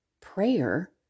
prayer